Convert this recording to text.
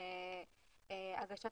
הגורם הממונה.